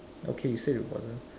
okay you said it wasn't